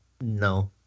No